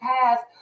past